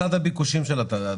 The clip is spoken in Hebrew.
זה צד הביקושים של התמ"ג.